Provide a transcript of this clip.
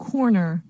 Corner